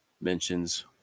mentions